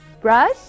Brush